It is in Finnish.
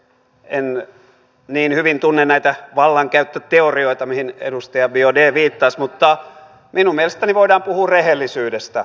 en niin hyvin tunne näitä vallankäyttöteorioita mihin edustaja biaudet viittasi mutta minun mielestäni voidaan puhua rehellisyydestä